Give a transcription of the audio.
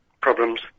problems